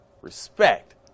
respect